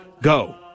go